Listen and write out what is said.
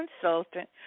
consultant